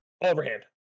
Overhand